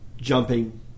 jumping